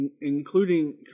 including